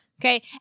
Okay